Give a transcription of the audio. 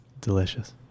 Delicious